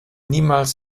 niemals